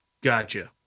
gotcha